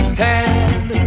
Stand